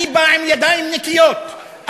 אני בא בידיים נקיות,